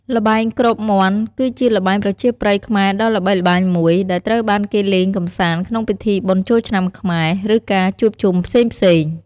ល្បែងគ្របមាន់ គឺជាល្បែងប្រជាប្រិយខ្មែរដ៏ល្បីល្បាញមួយ ដែលត្រូវបានគេលេងកម្សាន្តក្នុងពិធីបុណ្យចូលឆ្នាំខ្មែរ ឬការជួបជុំផ្សេងៗ។